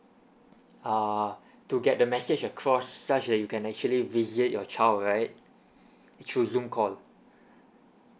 uh to get the message across such that you can actually visit your child right through zoom call